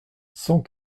cent